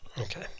Okay